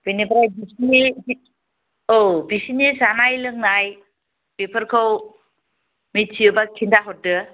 बिनिफ्राय बिसिनि औ बिसिनि जानाय लोंनाय बेफोरखौ मिथियोब्ला खिन्थाहरदो